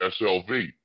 SLV